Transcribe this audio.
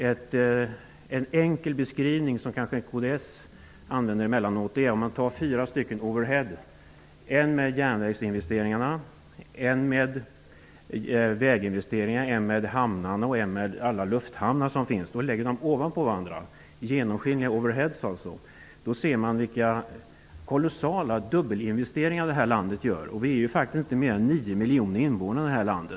Emellanåt använder sig kds av följande enkla beskrivning: Om man lägger fyra genomskinliga overheadbilder på varandra -- en med järnvägsinvesteringar, en med väginvesteringar, en med hamnar och en med alla lufthamnar -- ser man vilka kolossala dubbelinvesteringar som görs i det här landet. Det finns ju faktiskt bara 9 miljoner invånare i vårt land.